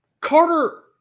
Carter